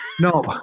No